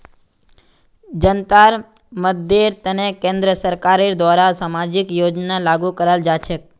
जनतार मददेर तने केंद्र सरकारेर द्वारे सामाजिक योजना लागू कराल जा छेक